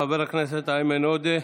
חבר הכנסת איימן עודה,